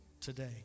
today